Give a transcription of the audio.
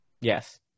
Yes